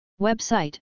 Website